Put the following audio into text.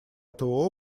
этого